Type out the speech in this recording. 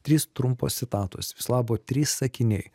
trys trumpos citatos viso labo trys sakiniai